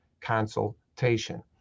consultation